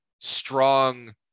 strong